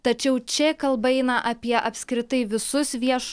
tačiau čia kalba eina apie apskritai visus vieš